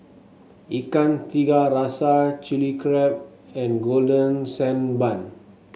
Ikan Tiga Rasa Chili Crab and Golden Sand Bun